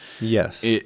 Yes